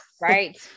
Right